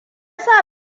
sa